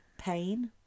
pain